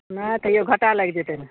हँ तहियो घटा लागि जेतय ने